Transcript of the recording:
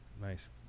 Nice